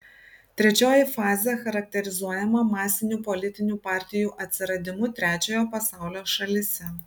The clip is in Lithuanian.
trečioji fazė charakterizuojama masinių politinių partijų atsiradimu trečiojo pasaulio šalyse